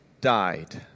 died